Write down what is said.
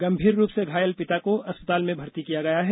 गंभीर रूप से घायल पिता को अस्पताल में भर्ती किया गया है